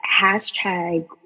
hashtag